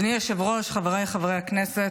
אדוני היושב-ראש, חבריי חברי הכנסת,